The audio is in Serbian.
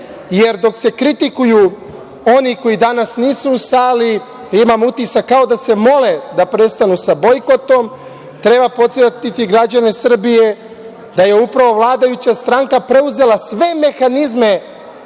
Jer, dok se kritikuju oni koji danas nisu u sali imam utisak kao da se mole da prestanu sa bojkotom, treba podsetiti građane Srbije da je upravo vladajuća stranka preuzela sve mehanizme